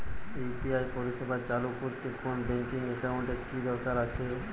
UPI পরিষেবা চালু করতে কোন ব্যকিং একাউন্ট এর কি দরকার আছে?